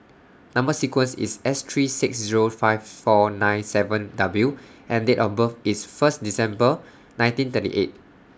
Number sequence IS S three six Zero five four nine seven W and Date of birth IS First December nineteen thirty eight